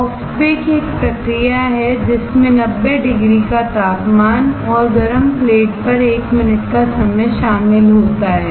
soft bake एक प्रक्रिया है जिसमें नब्बे डिग्री का तापमान और गर्म प्लेट पर एक मिनट का समय शामिल होता है